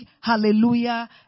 hallelujah